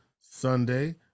Sunday